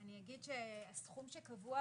אני אגיד שהסכום שקבוע